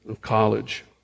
college